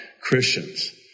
Christians